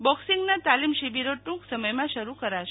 boxing તાલીમ શિબિરો ટુંક સમયમાં શરૂ કરાશે